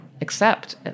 accept